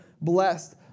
blessed